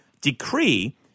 decree